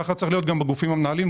כך צריך להיות גם בגופים המנהלים.